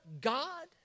God